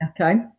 Okay